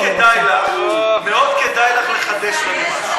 מאוד כדאי לך, מאוד כדאי לך לחדש לנו משהו.